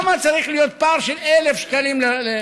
למה צריך להיות פער של 1,000 שקלים?